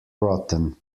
rotten